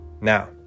Now